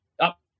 up